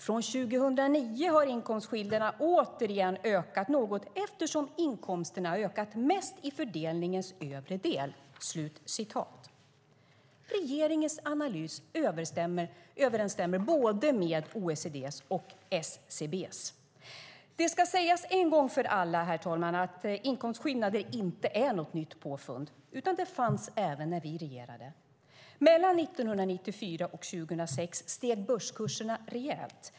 - Från 2009 har inkomstskillnaderna återigen ökat något eftersom inkomsterna har ökat mest i fördelningens övre del." Regeringens analys överensstämmer med både OECD:s och SCB:s. Det ska sägas en gång för alla, herr talman, att inkomstskillnader inte är något nytt påfund. De fanns även när vi regerade. Mellan 1994 och 2006 steg börskurserna rejält.